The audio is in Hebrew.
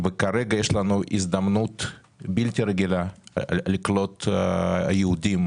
כרגע יש לנו הזדמנות בלתי רגילה לקלוט יהודים,